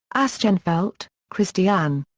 asschenfeldt, christiane.